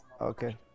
Okay